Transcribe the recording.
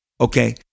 Okay